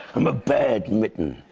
i'm a bad mitten.